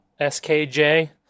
SKJ